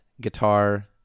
guitar